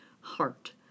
heart